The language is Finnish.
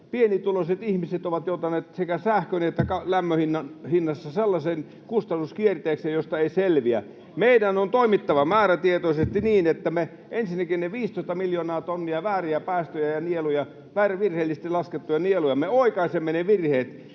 pienituloiset ihmiset ovat joutuneet sekä sähkön että lämmön hinnassa sellaiseen kustannuskierteeseen, josta ei selviä. [Jani Mäkelä: Kuunnelkaa keskustaa!] Meidän on toimittava määrätietoisesti niin, että me ensinnäkin oikaisemme ne 15 miljoonaa tonnia vääriä päästöjä ja nieluja, virheellisesti laskettuja nieluja, oikaisemme ne virheet.